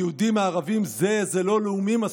מיהודים, מערבים, זה, זה לא לאומי מספיק,